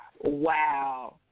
Wow